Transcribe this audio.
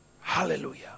Hallelujah